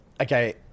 okay